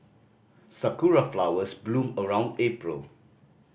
sakura flowers bloom around April